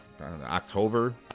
October